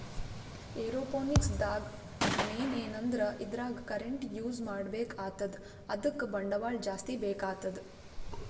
aeroponics ದಾಗ್ main ಏನಂದ್ರ ಇದ್ರಾಗ್ ಕರೆಂಟ್ ಯೂಸ್ ಮಾಡ್ಬೇಕ್ ಆತದ್ ಅದಕ್ಕ್ ಬಂಡವಾಳ್ ಜಾಸ್ತಿ ಬೇಕಾತದ್